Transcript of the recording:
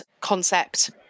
concept